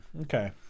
okay